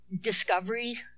Discovery